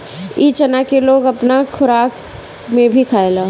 इ चना के लोग अपना खोराक में भी खायेला